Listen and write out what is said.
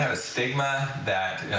a stigma that